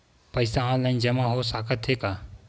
पईसा ऑनलाइन जमा हो साकत हे का?